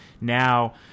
now